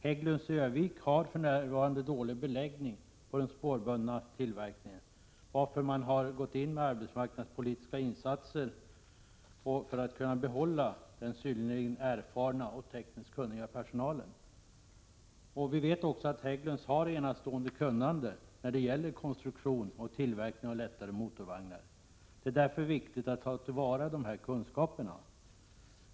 Hägglunds i Örnsköldsvik har för närvarande dålig beläggning när det gäller tillverkningen av spårbundna vagnar, varför regionalpolitiska insatser har gjorts för att företaget skall kunna behålla den synnerligen erfarna och tekniskt kunniga personalen. Vi vet också att Hägglunds har ett enastående kunnande beträffande konstruktion och tillverkning av lättare motorvagnar. Det är viktigt att dessa kunskaper tas till vara.